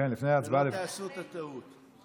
שלא תעשו את הטעות.